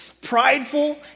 prideful